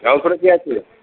রামপুরে কে আছে